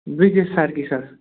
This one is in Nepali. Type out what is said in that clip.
ब्रिजेश सार्की सर